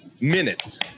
minutes